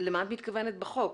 למה את מתכוונת בחוק?